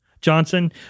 Johnson